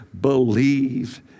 believe